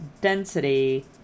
density